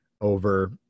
over